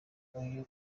uyu